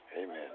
Amen